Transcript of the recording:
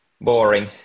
Boring